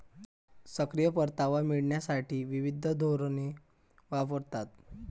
सक्रिय परतावा मिळविण्यासाठी विविध धोरणे वापरतात